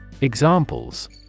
Examples